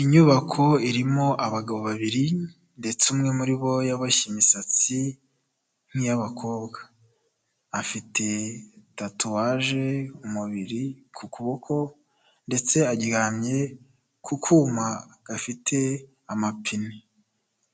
Inyubako irimo abagabo babiri, ndetse umwe muri bo yaboshye imisatsi nk'iy'abakobwa, afite tattowage ku mubiri, ku kuboko ndetse aryamye ku kuma gafite amapine.